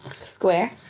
square